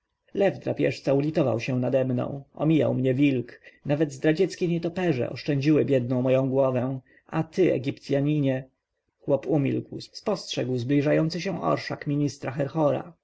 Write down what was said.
drapieżca ulitował się nade mną omijał mnie wilk nawet zdradzieckie nietoperze oszczędzały biedną moją głowę a ty egipcjaninie chłop umilkł spostrzegł zbliżający się orszak ministra herhora